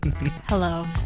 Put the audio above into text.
Hello